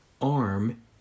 arm